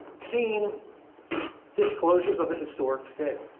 seen disclosures of a historic scale,